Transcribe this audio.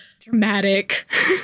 Dramatic